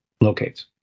locates